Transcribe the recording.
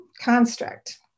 construct